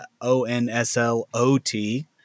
O-N-S-L-O-T